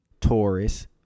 Taurus